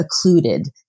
occluded